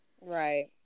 right